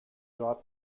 dort